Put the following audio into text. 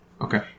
Okay